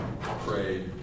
pray